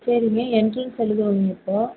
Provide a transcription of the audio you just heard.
சரிங்க என்ட்ரன்ஸ் எழுதணும் நீங்கள் இப்போ